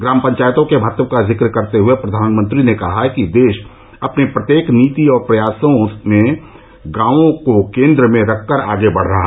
ग्राम पंचायतों के महत्व का जिक्र करते हुए प्रधानमंत्री ने कहा कि देश अपनी प्रत्येक नीति और प्रयासों में गांवों को केन्द्र में रखकर आगे बढ़ रहा है